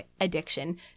addiction